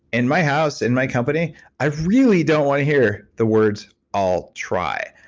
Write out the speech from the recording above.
in my house in my company i really don't want to hear the words, i'll try.